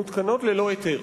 מותקנות ללא היתר,